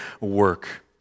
work